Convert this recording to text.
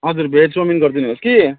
हजुर veg chow mein गरिदिनु होस् कि